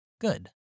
good